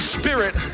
spirit